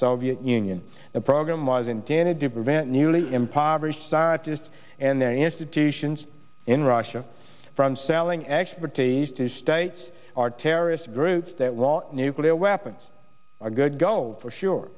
soviet union the program was intended to prevent newly impoverished scientists and their institutions in russia from selling expertise to states are terrorist groups that law nuclear weapons are good gold for sure